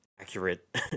accurate